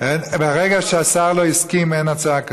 ברגע שהשר לא הסכים, אין הצעה כזאת,